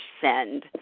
send